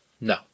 No